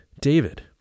David